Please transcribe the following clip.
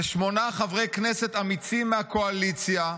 אלו שמונה חברי כנסת אמיצים מהקואליציה,